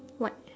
white